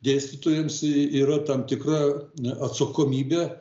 dėstytojams yra tam tikra atsakomybė